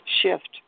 shift